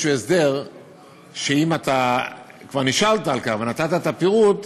הסדר שאם אתה כבר נשאלת על כך ונתת את הפירוט,